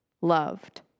loved